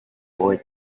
boy